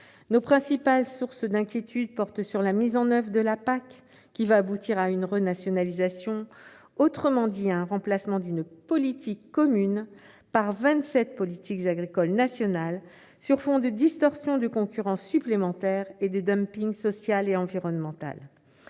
Nos principales sources d'inquiétudes portent sur sa mise en oeuvre, qui va aboutir à une renationalisation, autrement dit à un remplacement d'une politique commune par vingt-sept politiques agricoles nationales, sur fond de distorsions de concurrence supplémentaires et de dumping social et environnemental.